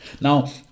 Now